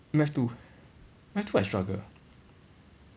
math two math two I struggle